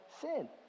sin